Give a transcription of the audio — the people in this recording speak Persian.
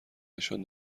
نشان